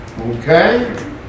Okay